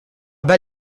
bas